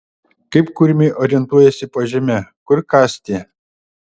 kaip kurmiai orientuojasi po žeme kur kasti